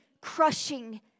crushing